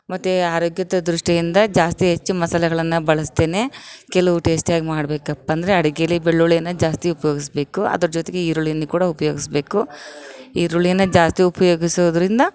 ಮತ್ತು ಆರೋಗ್ಯದ ದೃಷ್ಟಿಯಿಂದ ಜಾಸ್ತಿ ಹೆಚ್ಚು ಮಸಾಲೆಗಳನ್ನು ಬಳಸ್ತೇನೆ ಕೆಲವು ಟೇಸ್ಟಿಯಾಗಿ ಮಾಡಬೇಕಪ್ಪ ಅಂದರೆ ಅಡಿಗೇಲಿ ಬೆಳ್ಳುಳ್ಳಿ ಜಾಸ್ತಿ ಉಪಯೋಗಿಸ್ಬೇಕು ಅದ್ರ ಜೊತೆಗೆ ಈರುಳ್ಳಿಯನ್ನು ಕೂಡ ಉಪಯೋಗಿಸ್ಬೇಕು ಈರುಳ್ಳಿ ಜಾಸ್ತಿ ಉಪಯೋಗಿಸೋದ್ರಿಂದ